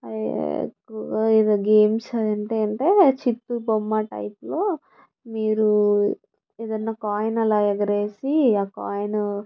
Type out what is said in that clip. ఎక్కువగా ఏదో గేమ్స్ ఏంటంటే చిత్తు బొమ్మ టైప్ లో మీరు ఏదన్నా కాయిను అలా ఎగరేసి ఆ కాయిను